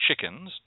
chickens